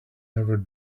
never